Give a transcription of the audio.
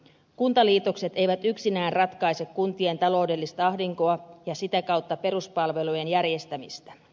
kuntaliitokset eivät yksinään ratkaise kuntien taloudellista ahdinkoa ja sitä kautta peruspalvelujen järjestämistä